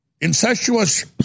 Incestuous